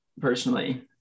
personally